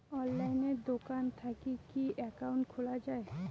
অনলাইনে দোকান থাকি কি একাউন্ট খুলা যায়?